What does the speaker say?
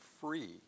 free